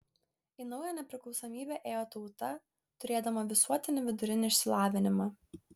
į naują nepriklausomybę ėjo tauta turėdama visuotinį vidurinį išsilavinimą